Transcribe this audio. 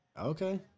Okay